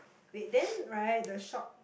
wait then right the shop